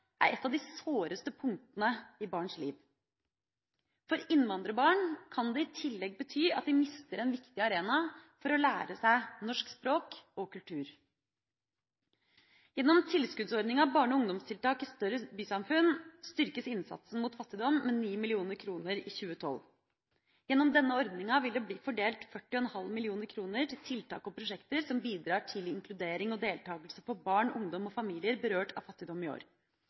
er et av de såreste punktene i barns liv. For innvandrerbarn kan det i tillegg bety at de mister en viktig arena for å lære seg norsk språk og kultur. Gjennom tilskuddsordninga Barne- og ungdomstiltak i større bysamfunn styrkes innsatsen mot fattigdom med 9 mill. kr i 2012. Gjennom denne ordninga vil det bli fordelt 40,5 mill. kr til tiltak og prosjekter som bidrar til inkludering og deltakelse for barn, ungdom og familier berørt av fattigdom i år. Arbeids- og velferdsdirektoratet bevilger også hvert år